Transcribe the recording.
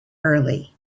early